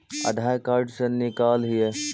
आधार card से निकाल हिऐ?